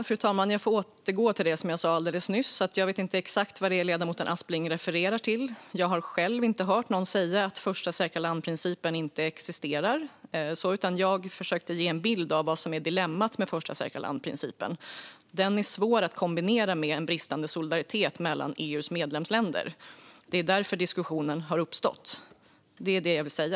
Fru talman! Jag får upprepa det som jag sa alldeles nyss, att jag inte vet exakt vad det är ledamoten Aspling refererar till. Jag har själv inte hört någon säga att första säkra land-principen inte existerar, utan jag försökte ge en bild av vad som är dilemmat med första säkra land-principen. Den är svår att kombinera med en bristande solidaritet mellan EU:s medlemsländer. Det är därför diskussionen har uppstått. Det är det jag vill säga.